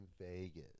Vegas